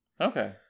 Okay